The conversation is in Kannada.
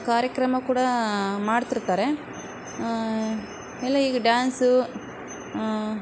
ಕಾರ್ಯಕ್ರಮ ಕೂಡ ಮಾಡ್ತಿರ್ತಾರೆ ಎಲ್ಲ ಈಗ ಡಾನ್ಸು